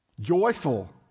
joyful